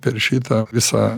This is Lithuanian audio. per šitą visą